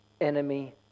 enemy